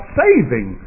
saving